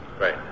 Right